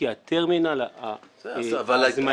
כי הטרמינל הזמני --- ארז,